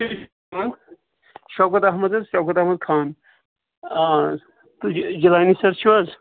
شوکت احمد حظ شوکت احمد خان آ تہٕ جیٖلانی سَر چھِو حظ